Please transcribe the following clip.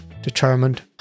determined